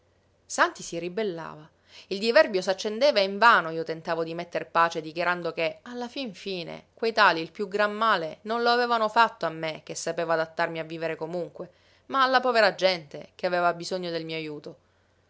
santi si ribellava il diverbio s'accendeva e invano io tentavo di metter pace dichiarando che alla fin fine quei tali il piú gran male non lo avevano fatto a me che sapevo adattarmi a vivere comunque ma alla povera gente che aveva bisogno del mio ajuto